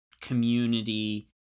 community